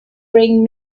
bring